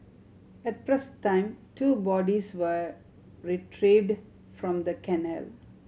at press time two bodies were retrieved from the canal